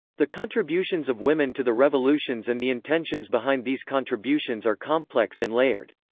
the contributions of women to the revolutions and the intentions behind these contributions are complex and layered.